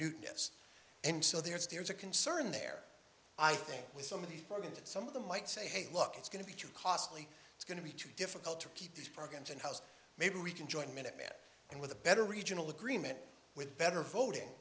new yes and so there is a concern there i think with some of the programs that some of them might say hey look it's going to be too costly it's going to be too difficult to keep these programs and house maybe we can join minuteman and with a better regional agreement with better voting